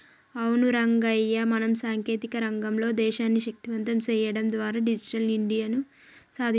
అవును రంగయ్య మనం సాంకేతిక రంగంలో దేశాన్ని శక్తివంతం సేయడం ద్వారా డిజిటల్ ఇండియా సాదించొచ్చు